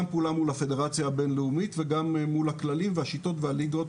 מול הפדרציה הבינלאומית וגם מול הכללים והשיטות והליגות.